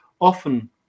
often